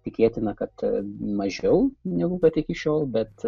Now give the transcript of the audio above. tikėtina kad mažiau negu kad iki šiol bet